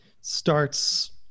starts